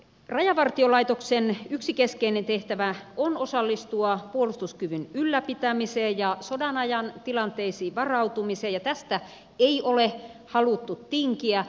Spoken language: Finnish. rajavartiolaitoksen yksi keskeinen tehtävä on osallistua puolustuskyvyn ylläpitämiseen ja sodanajan tilanteisiin varautumiseen ja tästä ei ole haluttu tinkiä